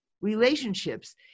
relationships